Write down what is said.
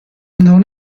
non